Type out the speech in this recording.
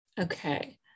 Okay